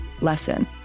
lesson